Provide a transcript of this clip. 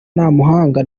ntamuhanga